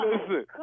listen